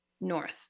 North